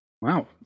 wow